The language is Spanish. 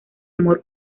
amor